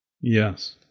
Yes